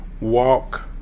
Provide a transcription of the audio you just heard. walk